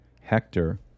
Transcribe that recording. Hector